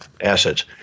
assets